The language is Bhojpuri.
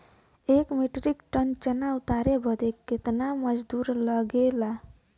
एक मीट्रिक टन चना उतारे बदे कितना मजदूरी लगे ला?